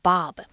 Bob